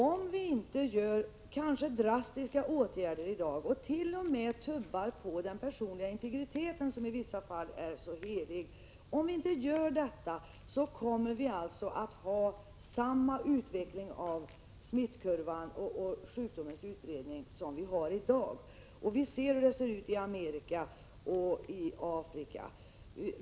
Om vi inte vidtar drastiska åtgärder i dag och t.o.m. tubbar på den personliga integriteten, som i vissa fall är så helig, kommer utvecklingen av smittkurvan och sjukdomens utbredning att fortsätta. Vivet — Prot. 1986/87:121 hur det ser ut i Amerika och Afrika.